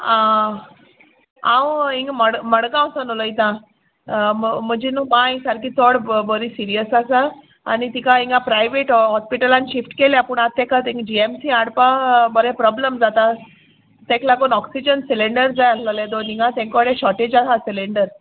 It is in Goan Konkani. आ आंव हिंग मड मडगांवसून उलयतां म्हजी न्हू माय सारकी चोड बोरी सिरियस आसा आनी तिका हिंगा प्रायवेट हॉस्पिटलान शिफ्ट केल्या पूण आतां तेका जीएमसीन हाडपा बोरें प्रोब्लम जाता तेक लागून ऑक्सिजन सिलींडर जाय आहलोले दोन हिंगा तेंकोडे शॉर्टेज आहा सिलेंडर